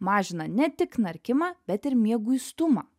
mažina ne tik knarkimą bet ir mieguistumą